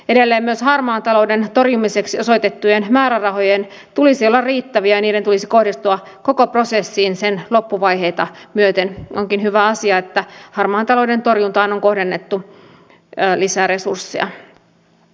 ellemme harmaan talouden torjumiseksi osoitettujen määrärahojen tulisi olla riittäviä valiokunta nostaa tässä yhteydessä esiin sen loppuvaiheita myöten onkin hyvä asia että harmaan talouden torjuntaan on kohdennettu ja lisäresurssia